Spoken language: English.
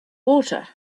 water